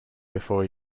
before